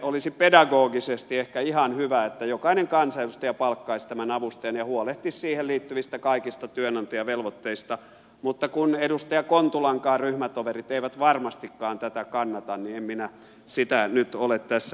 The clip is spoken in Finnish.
olisi pedagogisesti ehkä ihan hyvä että jokainen kansanedustaja palkkaisi avustajan ja huolehtisi siihen liittyvistä kaikista työnantajavelvoitteista mutta kun edustaja kontulankaan ryhmätoverit eivät varmastikaan tätä kannata niin en minä sitä nyt ole tässä ehdottamassa